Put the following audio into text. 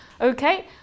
Okay